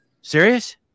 Serious